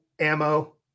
Ammo